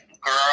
Girl